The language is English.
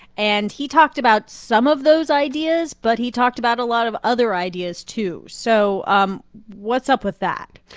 and he talked about some of those ideas, but he talked about a lot of other ideas, too. so um what's up with that?